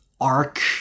arc